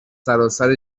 سراسر